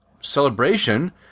celebration